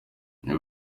ibi